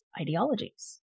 ideologies